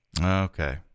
Okay